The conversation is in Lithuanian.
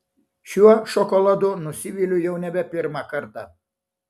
šiuo šokoladu nusiviliu jau nebe pirmą kartą